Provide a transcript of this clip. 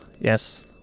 Yes